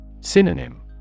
Synonym